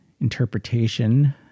interpretation